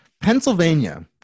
Pennsylvania